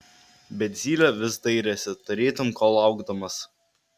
bet zylė vis dairėsi tarytum ko laukdamas